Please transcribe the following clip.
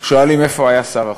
שואלים: איפה היה שר החוץ?